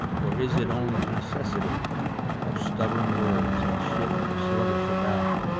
or is it only the necessity of stubborn words, that shift sluggish about,